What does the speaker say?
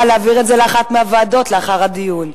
להעביר את זה לאחת מהוועדות לאחר הדיון.